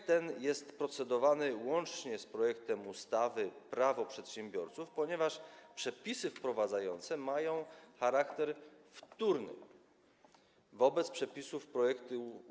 Ustawa jest procedowana łącznie z ustawą Prawo przedsiębiorców, ponieważ przepisy wprowadzające mają charakter wtórny wobec przepisów projektu